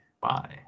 Bye